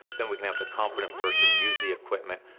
then we can have the competent person use the equipment,